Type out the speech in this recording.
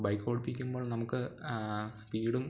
bike ഓടിപ്പിക്കുമ്പോൾ നമുക്ക് സ്പീഡും